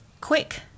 quick